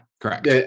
correct